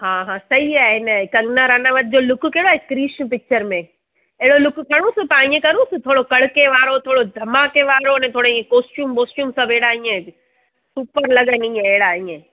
हा हा सही आहे न कंगना रनावत जो लुक कहिड़ो आहे कृश पिक्चरु में अहिड़ो लुक खणूं सुभां ईअं करू कड़के वारो थोरो धमाके वारो हुने ईएं कॉस्टयूम वॉस्टयूम सभु अहिड़ा ईअं सुठो लॻनि अहिड़ा ईअं